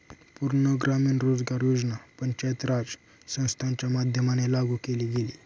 पूर्ण ग्रामीण रोजगार योजना पंचायत राज संस्थांच्या माध्यमाने लागू केले गेले